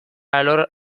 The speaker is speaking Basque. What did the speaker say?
alor